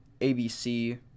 ABC